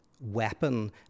weapon